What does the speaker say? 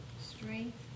Strength